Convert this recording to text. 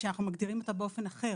שאנחנו מגדירים אותה באופן אחר,